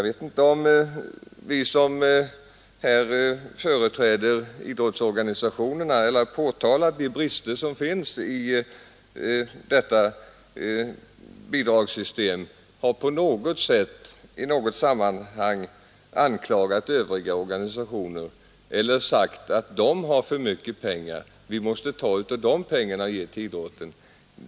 Vi som här företräder idrottsorganisationerna och påtalar de brister som finns i bidragssystemet har inte på något sätt anklagat dem som tillhör gruppen övriga organisationer för att få för mycket pengar. Vi vill inte ta av dessa pengar och ge till idrotten.